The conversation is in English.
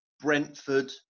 Brentford